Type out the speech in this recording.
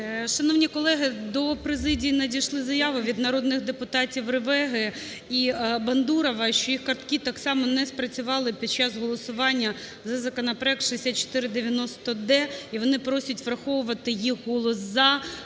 Шановні колеги, до президії надійшли заяви від народних депутатів Ревеги і Бандурова, що їх картки так само не спрацювали під час голосування за законопроект 6490-д, і вони просять враховувати їх голос за